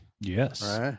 Yes